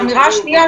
והאמירה השנייה,